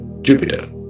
Jupiter